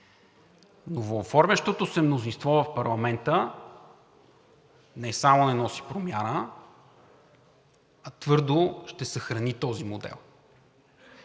Новооформящото се мнозинство в парламента не само не носи промяна, а твърдо ще съхрани този модел.